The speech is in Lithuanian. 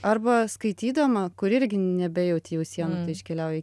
arba skaitydama kur irgi nebejaut jau sienų tai iškeliauji